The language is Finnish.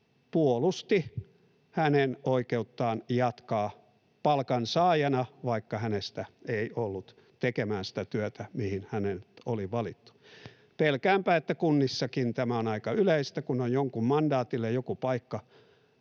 puolusti hänen oikeuttaan jatkaa palkansaajana, vaikka hänestä ei ollut tekemään sitä työtä, mihin hänet oli valittu. Pelkäänpä, että kunnissakin tämä on aika yleistä: kun on jonkun mandaatilla joku paikka